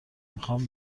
میخام